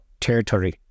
territory